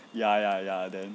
ya ya ya then